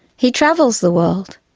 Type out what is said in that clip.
he travels the world.